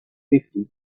fifty